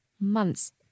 months